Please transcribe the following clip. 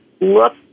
look